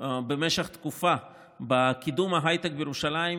במשך תקופה בקידום ההייטק בירושלים,